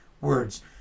words